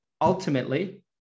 ultimately